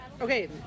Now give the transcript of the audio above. Okay